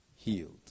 healed